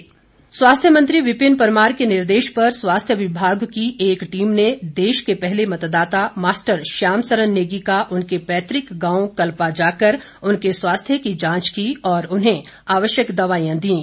श्याम सरन स्वास्थ्य मंत्री विपिन परमार के निर्देश पर स्वास्थ्य विभाग की एक टीम ने देश के पहले मतदाता मास्टर श्याम सरन नेगी का उनके पैतुक गांव कल्पा जाकर उनके स्वास्थ्य की जांच की और उन्हें आवश्यक दवाईयां दीं